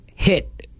hit